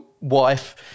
wife